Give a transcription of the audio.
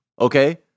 okay